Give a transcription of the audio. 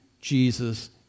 Jesus